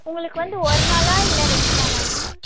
உங்களுக்கு வந்து ஒரு நாளா இல்லை ரெண்டு நாளாங்க